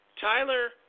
Tyler